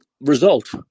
result